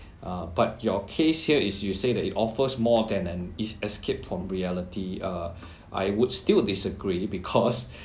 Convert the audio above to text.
uh but your case here is you say that it offers more than an is escape from reality uh I would still disagree because